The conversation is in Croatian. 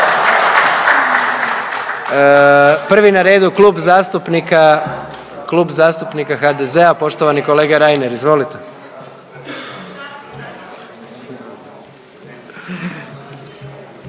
zastupnika, Klub zastupnika HDZ-a, poštovani kolega Reiner, izvolite.